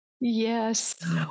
Yes